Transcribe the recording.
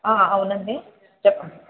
అవునండి చెప్పండి